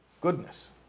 Goodness